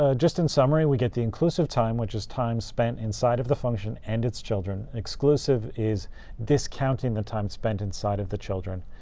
ah just in summary, we get the inclusive time, which is time spent inside of the function and its children. exclusive is discounting the time spent inside of the children.